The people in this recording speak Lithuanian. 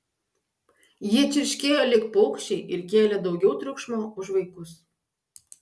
jie čirškėjo lyg paukščiai ir kėlė daugiau triukšmo už vaikus